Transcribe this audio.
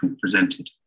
presented